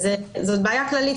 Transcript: זאת בעיה כללית,